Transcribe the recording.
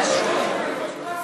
זו הנאמנות.